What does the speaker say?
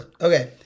Okay